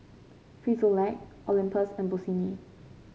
Frisolac Olympus and Bossini